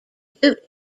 boot